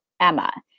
emma